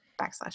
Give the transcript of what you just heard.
backslash